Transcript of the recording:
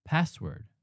Password